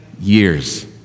years